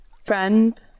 friend